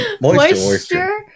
Moisture